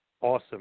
awesome